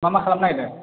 मा मा खालामनो नागिरदों